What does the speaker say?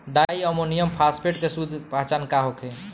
Di ammonium phosphate के शुद्ध पहचान का होखे?